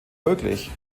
möglich